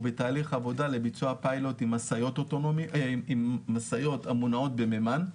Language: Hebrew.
בתהליך עבודה לביצוע פיילוט עם משאיות המונעות במימן,